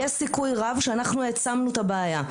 יש סיכוי רב שאנחנו העצמנו את הבעיה.